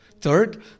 Third